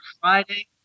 Friday